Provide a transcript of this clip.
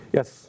Yes